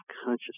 consciousness